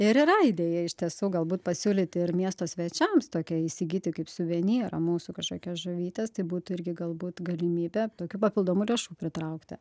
ir yra idėja iš tiesų galbūt pasiūlyti ir miesto svečiams tokią įsigyti kaip suvenyrą mūsų kažkokias žuvytes tai būtų irgi galbūt galimybė tokių papildomų lėšų pritraukti